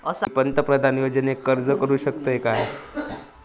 मी पंतप्रधान योजनेक अर्ज करू शकतय काय?